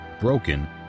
broken